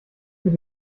mit